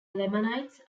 lamanites